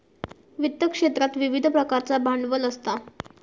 वित्त क्षेत्रात विविध प्रकारचा भांडवल असता